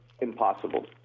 impossible